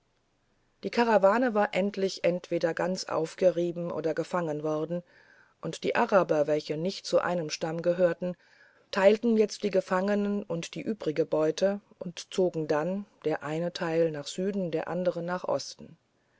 die karawane war endlich entweder ganz aufgerieben oder gefangen worden und die araber welche nicht zu einem stamm gehörten teilten jetzt die gefangenen und die übrige beute und zogen dann der eine teil nach süden der andere nach osten